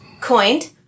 coined